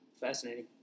fascinating